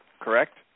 correct